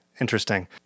Interesting